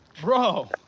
Bro